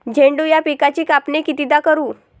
झेंडू या पिकाची कापनी कितीदा करू?